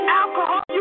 alcohol